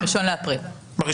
1 באפריל.